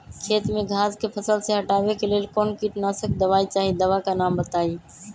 खेत में घास के फसल से हटावे के लेल कौन किटनाशक दवाई चाहि दवा का नाम बताआई?